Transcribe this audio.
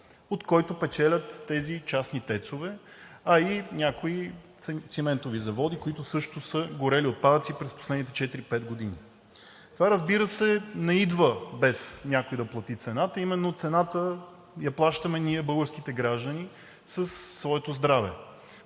от който печелят тези частни ТЕЦ-ове, а и някои циментови заводи, които също са горили отпадъци през последните четири-пет години. Това, разбира се, не идва без някой да плати цената – цената я плащаме ние, българските граждани, със своето здраве.